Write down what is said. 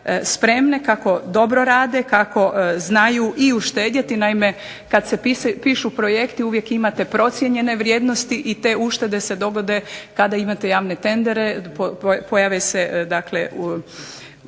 kako dobro rade, kako znaju i uštedjeti. Naime, kada se pišu projekti uvijek imate procijenjene vrijednosti i te uštede se dogode kada imate javne tendere pojave se dakle,